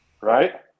right